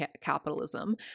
capitalism